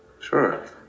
Sure